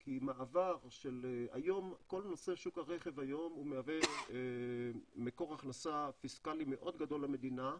כי היום כל נושא שוק הרכב מהווה מקור הכנסה פיסקלי מאוד גדול למדינה,